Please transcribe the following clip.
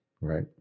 Right